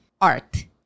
art